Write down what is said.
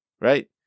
right